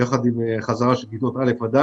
יחד עם חזרה של כיתות א'-ד'.